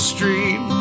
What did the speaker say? Street